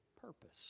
purpose